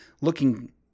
looking